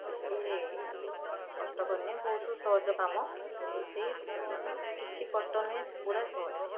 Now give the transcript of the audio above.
କିଛି କଷ୍ଟ କରିନି ବହୁତ ସହଜ କାମ ରୋଷେଇ ପୁ କିଛି କଷ୍ଟ ନୁହେଁ ପୁରା ସହଜ